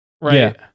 right